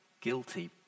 guilty